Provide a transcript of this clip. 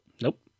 Nope